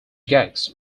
gags